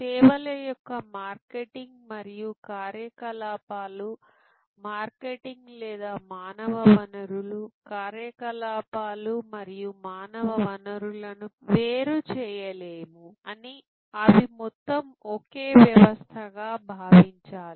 సేవల యొక్క మార్కెటింగ్ మరియు కార్యకలాపాలు మార్కెటింగ్ లేదా మానవ వనరులు కార్యకలాపాలు మరియు మానవ వనరులను వేరు చేయలేము అవి మొత్తం ఒకే వ్యవస్థగా భావించాలి